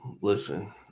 listen